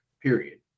period